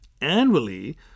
Annually